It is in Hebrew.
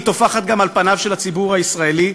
היא טופחת גם על פניו של הציבור הישראלי,